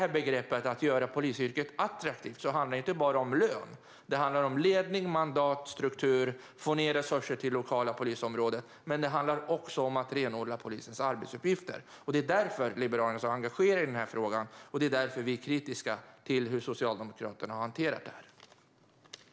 Men uttrycket att göra polisyrket attraktivt handlar inte bara om lön, utan det handlar också om ledning, mandat, struktur och att få resurser ända ned till det lokala polisområdet. Det handlar även om att renodla polisens arbetsuppgifter. Det är därför Liberalerna är så engagerade i frågan, och det är därför vi är kritiska till hur Socialdemokraterna har hanterat frågan.